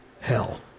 hell